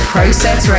Process